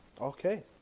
Okay